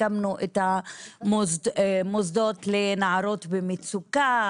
הקמנו מוסדות לנערות ערביות במצוקה,